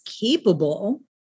capable